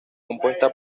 compuesta